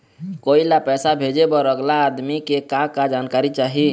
कोई ला पैसा भेजे बर अगला आदमी के का का जानकारी चाही?